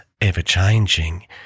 ever-changing